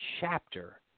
chapter